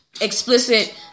explicit